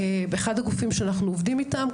באחד הגופים שאנחנו עובדים איתם,